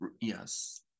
Yes